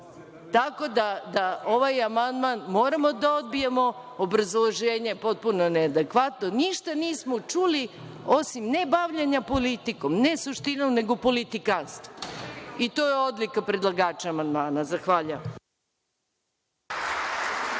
da, ovaj amandman moramo da odbijemo, obrazloženje je potpuno neadekvatno. Ništa nismo čuli, osim nebavljenja politikom, ne suštinom, nego politikanstvom. To je odlika predlagača amandmana. Zahvaljujem.